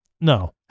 No